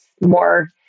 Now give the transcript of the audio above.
more